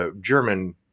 German